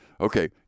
okay